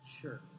sure